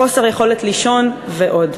חוסר יכולת לישון ועוד.